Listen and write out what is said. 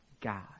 God